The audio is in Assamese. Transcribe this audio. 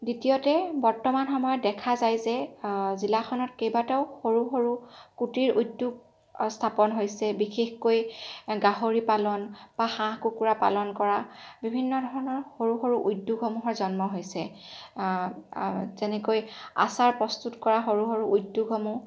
দ্বিতীয়তে বৰ্তমান সময়ত দেখা যায় যে জিলাখনত কেইবাটাও সৰু সৰু কুটীৰ উদ্যোগ স্থাপন হৈছে বিশেষকৈ গাহৰি পালন বা হাঁহ কুকুৰা পালন কৰা বিভিন্ন ধৰণৰ সৰু সৰু উদ্যোগসমূহৰ জন্ম হৈছে যেনেকৈ আচাৰ প্ৰস্তুত কৰা সৰু সৰু উদ্যোগসমূহ